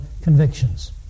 convictions